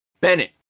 Bennett